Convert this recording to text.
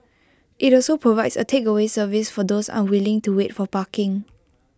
IT also provides A takeaway service for those unwilling to wait for parking